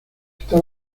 está